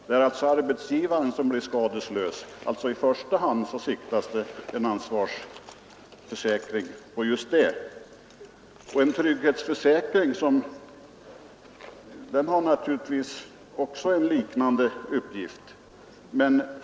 Det är alltså arbetsgivaren som blir skadeslös. En trygghetsförsäkring har naturligtvis en liknande uppgift.